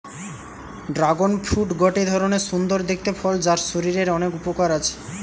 dragon fruit গটে ধরণের সুন্দর দেখতে ফল যার শরীরের অনেক উপকার আছে